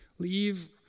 Leave